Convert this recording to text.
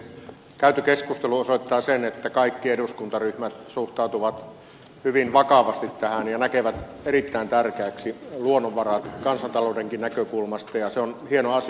käyty keskustelu osoittaa sen että kaikki eduskuntaryhmät suhtautuvat hyvin vakavasti tähän ja näkevät erittäin tärkeäksi luonnonvarat kansantaloudenkin näkökulmasta ja se on hieno asia